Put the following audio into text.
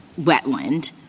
wetland